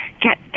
get